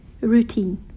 routine